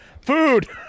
food